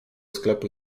sklepu